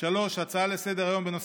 הצעה לסדר-היום של חבר הכנסת איתמר בן גביר,